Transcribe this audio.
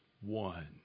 one